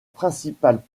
principale